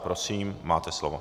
Prosím, máte slovo.